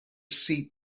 seat